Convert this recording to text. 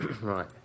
right